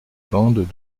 bandes